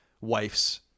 wife's